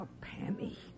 penny